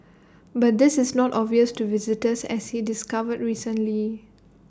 but this is not obvious to visitors as he discovered recently